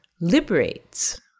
liberates